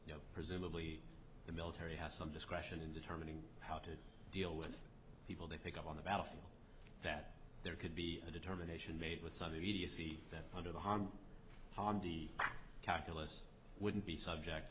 you know presumably the military has some discretion in determining how to deal with people they pick up on the battlefield that there could be a determination made with some easy that under the harm harmed the calculus wouldn't be subject